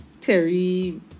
Terry